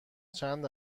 چند